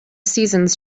seasons